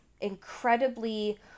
Incredibly